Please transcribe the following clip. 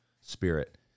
spirit